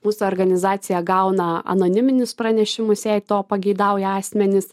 mūsų organizacija gauna anoniminius pranešimus jei to pageidauja asmenys